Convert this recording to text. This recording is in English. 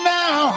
now